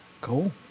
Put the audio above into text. Cool